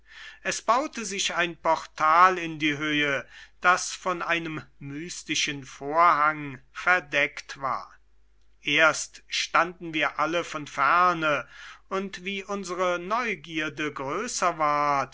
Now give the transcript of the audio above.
es baute sich ein portal in die höhe das von einem mystischen vorhang verdeckt war erst standen wir alle von ferne und wie unsere neugierde größer ward